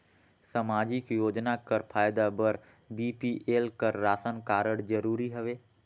समाजिक योजना कर फायदा बर बी.पी.एल कर राशन कारड जरूरी हवे?